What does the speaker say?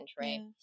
right